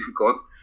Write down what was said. difficult